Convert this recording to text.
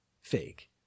fake